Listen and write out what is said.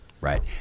right